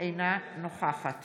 אינה נוכחת